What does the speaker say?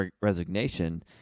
resignation